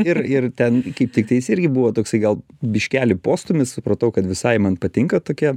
ir ir ten kaip tiktais irgi buvo toksai gal biškelį postūmis supratau kad visai man patinka tokie